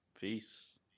Peace